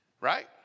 Right